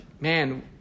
man